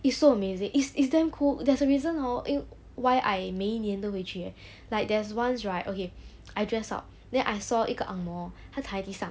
it's so amazing it's it's damn cool there's a reason hor eh why I 每一年都会去 eh like there's once right okay I dress up then I saw 一个 ang moh 他躺在地上